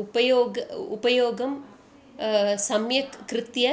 उपयोगम् उपयोगं सम्यक् कृत्वा